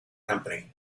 company